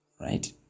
right